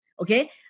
okay